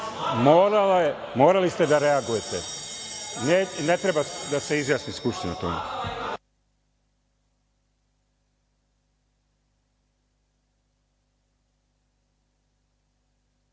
Morali ste da reagujete. Ne treba da se izjasni Skupština o tome.